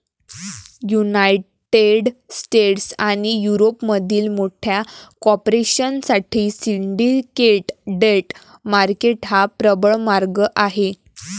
United States आणि युरोपमधील मोठ्या कॉर्पोरेशन साठी सिंडिकेट डेट मार्केट हा प्रबळ मार्ग आहे